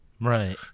Right